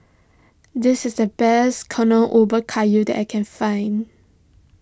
this is the best Ubi Kayu that I can find